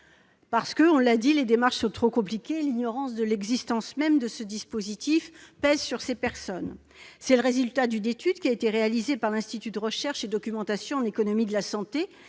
Parce que, on l'a dit, les démarches sont trop compliquées et que l'ignorance de l'existence même de ce dispositif pèse sur ces personnes. Tel est le résultat d'une étude réalisée par l'Institut de recherche et documentation en économie de la santé